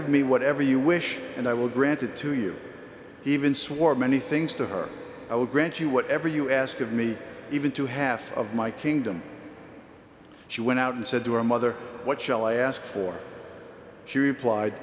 of me whatever you wish and i will grant it to you even swore many things to her i will grant you whatever you ask of me even to half of my kingdom she went out and said to her mother what shall i ask for she replied